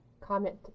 comment